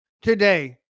today